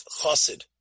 chassid